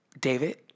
david